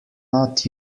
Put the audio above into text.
not